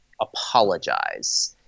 apologize